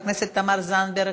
חברת הכנסת תמר זנדברג,